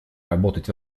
работать